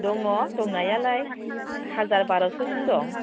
दङ दंनायालाय हाजार बार'स'सिम दं